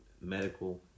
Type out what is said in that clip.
medical